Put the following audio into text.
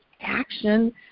action